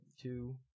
two